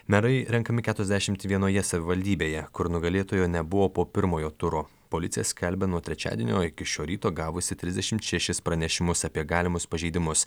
merai renkami keturiasdešimt vienoje savivaldybėje kur nugalėtojo nebuvo po pirmojo turo policija skelbia nuo trečiadienio iki šio ryto gavusi trisdešimt šešis pranešimus apie galimus pažeidimus